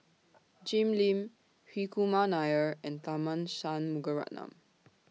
Jim Lim Hri Kumar Nair and Tharman Shanmugaratnam